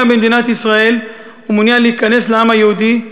במדינת ישראל ומעוניין להיכנס לעם היהודי,